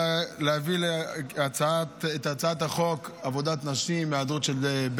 נעבור כעת לנושא הבא שעל סדר-היום והוא הצעת חוק עבודת נשים (תיקון מס'